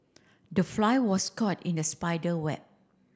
the fly was caught in the spider web